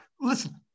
Listen